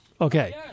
Okay